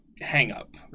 hang-up